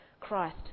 Christ